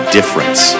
Difference